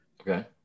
Okay